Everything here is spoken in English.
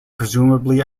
presumably